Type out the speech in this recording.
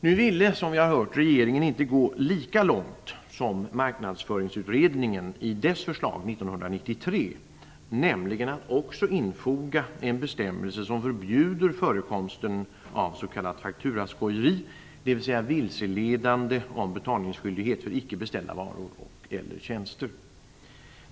Nu ville, som vi har hört, regeringen inte gå lika långt som Marknadsföringsutredningen i dess förslag 1993, nämligen till att också infoga en bestämmelse som förbjuder förekomsten av s.k. fakturaskojeri, dvs. vilseledande om betalningsskyldighet för icke beställda varor eller tjänster.